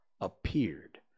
appeared